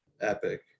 epic